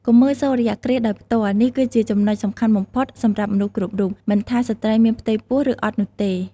កុំមើលសូរ្យគ្រាសដោយផ្ទាល់ នេះគឺជាចំណុចសំខាន់បំផុតសម្រាប់មនុស្សគ្រប់រូប មិនថាស្ត្រីមានផ្ទៃពោះ ឬអត់នោះទេ ។